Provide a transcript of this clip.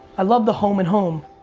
i love the home and home.